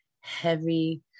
heavy